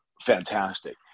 fantastic